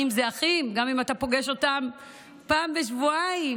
שאחים זה אחים גם אם אתה פוגש אותם אחת בשבועיים.